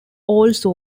also